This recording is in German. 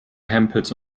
hempels